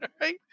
Right